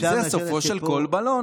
זה סופו של כל בלון.